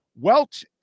Welt